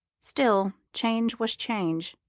still, change was change,